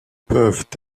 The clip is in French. peuvent